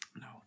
No